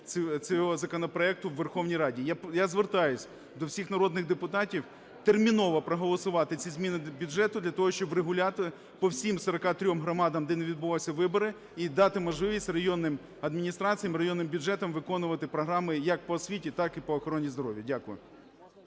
цього законопроекту в Верховній Раді. Я звертаюся до всіх народних депутатів терміново проголосувати ці зміни до бюджету для того, щоб врегулювати по всім 43 громадам, де не відбулися вибори, і дати можливість районним адміністраціям, районним бюджетам виконувати програми як по освіті, так і по охороні здоров'я. Дякую.